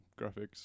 graphics